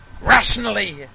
rationally